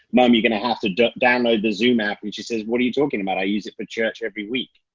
mom, you're gonna have to download the zoom app. and she says, what are you talking about? i use it for church every week.